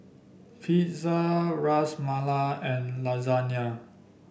Pizza Ras Malai and Lasagna